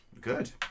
Good